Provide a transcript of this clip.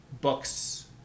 books